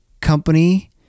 company